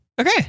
Okay